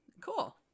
cool